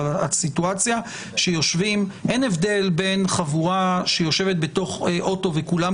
אבל הסיטואציה שיושבים אין הבדל בין חבורה שיושבת בתוך אוטו וכולם